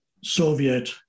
Soviet